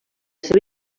seva